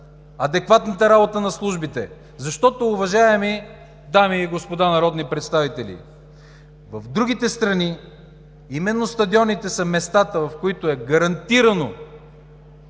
адекватната работа на службите, защото, уважаеми дами и господа народни представители, в другите страни именно стадионите са местата, където е гарантирано